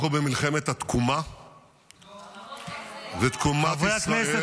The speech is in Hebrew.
אנחנו במלחמת התקומה -- לא ----- ותקומת ישראל -- חברי הכנסת,